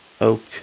oak